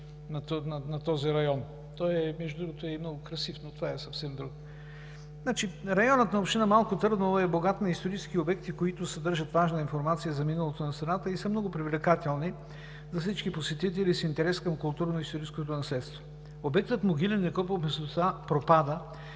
на този район. Той, между другото, е много красив, но това е съвсем друго. Районът на община Малко Търново е богата на исторически обекти, които съдържат важна информация за миналото на страната и са много привлекателни за всички посетители с интерес към културно-историческото наследство. Обектът Могилен некропол в местността „Пропада“